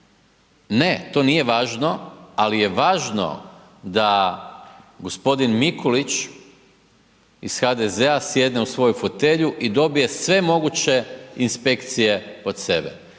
Ne, to nije važno, ali je važno da g. Mikulić iz HDZ-a sjedne u svoju fotelju i dobije sve moguće inspekcije pod sebe.